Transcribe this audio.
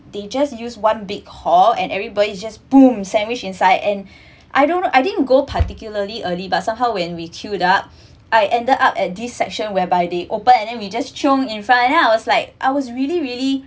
they just use one big hall and everybody's just sandwich inside and I don't know I didn't go particularly early but somehow when we queued up I ended up at this section whereby they open and then we just cheong in front I was like I was really really